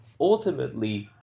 ultimately